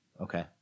Okay